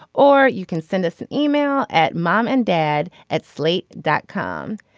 or you can send us an email at mom and dad at slate dot com.